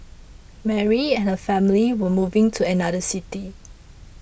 Mary and her family were moving to another city